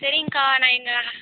சரிங்கக்கா நான் எங்கள்